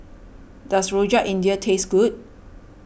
does Rojak India taste good